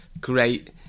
great